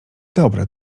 dobre